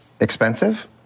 expensive